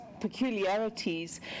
peculiarities